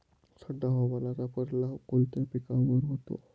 थंड हवामानाचा परिणाम कोणत्या पिकावर होतो?